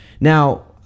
Now